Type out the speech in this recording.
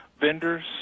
vendors